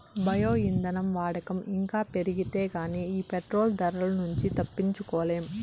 bio ఇంధనం వాడకం ఇంకా పెరిగితే గానీ ఈ పెట్రోలు ధరల నుంచి తప్పించుకోలేం